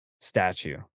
statue